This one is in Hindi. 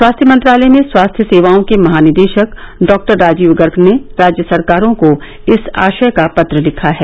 स्वास्थ्य मंत्रालय में स्वास्थ्य सेवाओं के महानिदेशक डॉक्टर राजीव गर्ग ने राज्य सरकारों को इस आशय का पत्र लिखा है